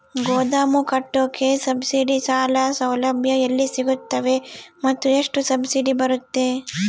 ಗೋದಾಮು ಕಟ್ಟೋಕೆ ಸಬ್ಸಿಡಿ ಸಾಲ ಸೌಲಭ್ಯ ಎಲ್ಲಿ ಸಿಗುತ್ತವೆ ಮತ್ತು ಎಷ್ಟು ಸಬ್ಸಿಡಿ ಬರುತ್ತೆ?